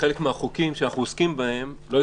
וחלק מהחוקים שאנחנו עוסקים בהם לא היו